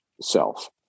self